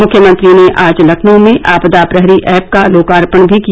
मुख्यमंत्री ने आज लखनऊ में आपदा प्रहरी ऐप का लोकार्पण भी किया